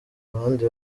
abandi